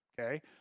Okay